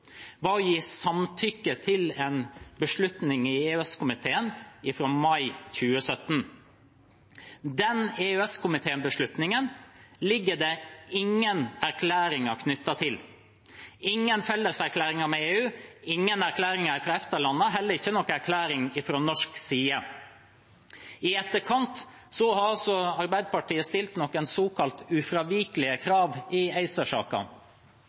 var å gi samtykke til en beslutning i EØS-komiteen fra mai 2017. Den EØS-komitébeslutningen er det ingen erklæringer knyttet til – ingen felleserklæringer med EU, ingen erklæringer fra EFTA-landene og heller ikke noen erklæring fra norsk side. I etterkant har Arbeiderpartiet stilt noen såkalt ufravikelige krav i